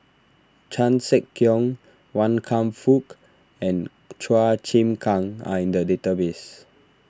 Chan Sek Keong Wan Kam Fook and Chua Chim Kang are in the database